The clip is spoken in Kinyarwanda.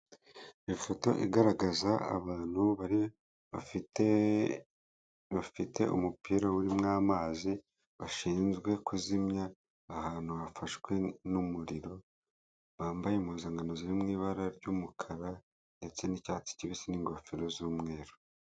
Ifoto igaragaza abantu bafite bafite umupira uririmo amazi bashinzwe kuzimya ahantu hafashwe n'umuriro, bambaye impuzankanzo zi mu ibara ry'umukara ndetse n'icyatsi kibisi n'ingofero z'umweru.